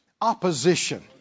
opposition